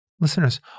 Listeners